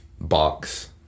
box